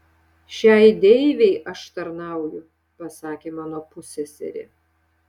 šiai deivei aš tarnauju pasakė mano pusseserė